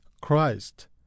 Christ